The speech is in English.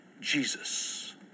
Jesus